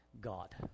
God